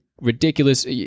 ridiculous